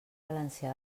valencià